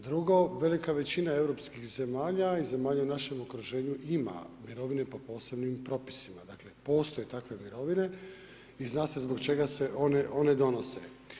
Drugo, velika većina europskih zemalja i zemalja u našem okruženju ima mirovine po posebnim propisima dakle postoje takve mirovine i zna se zbog čega se one donose.